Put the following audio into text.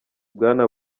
bwana